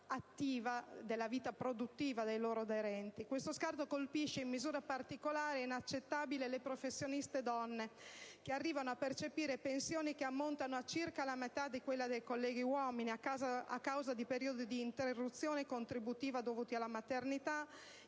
attiva, produttiva dei loro aderenti. Questo scarto colpisce in misura particolare e inaccettabile le professioniste donne, che arrivano a percepire pensioni che ammontano a circa la metà di quella dei colleghi uomini, a causa dei periodi di interruzione contributiva dovuti alla maternità e